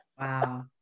wow